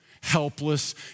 helpless